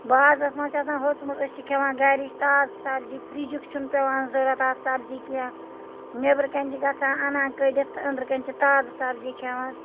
بازرَس منٛز چھِ آسان ہوٚژمٕژ أسۍ چھِ کھٮ۪وان گَرِچ تازٕ سبزی فِرٛجُک چھُنہٕ پٮ۪وان ضوٚرَتھ اَتھ سبزی کینٛہہ نٮ۪برٕ کَنۍ چھِ گژھان اَنان کٔڑِتھ أنٛدرٕ کَنۍ چھِ تازٕ سبزی کھٮ۪وان